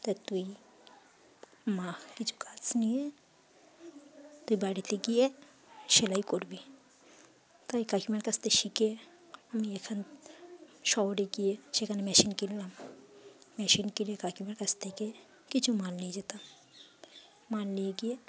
তাই তুই মা কিছু কাজ নিয়ে তুই বাড়িতে গিয়ে সেলাই করবি তাই কাকিমার কাছ থেকে শিখে আমি এখান শহরে গিয়ে সেখানে মেশিন কিনলাম মেশিন কিনে কাকিমার কাছ থেকে কিছু মাল নিয়ে যেতাম মাল নিয়ে গিয়ে